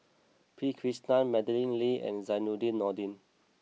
P Krishnan Madeleine Lee and Zainudin Nordin